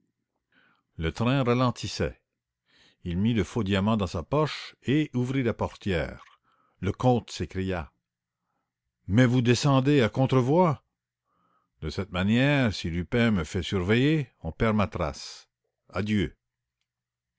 le train ralentissait il mit le faux diamant dans sa poche et ouvrit la portière le comte s'écria mais vous descendez à contre voie